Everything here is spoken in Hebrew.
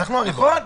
נכון.